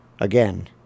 again